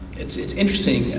it's it's interesting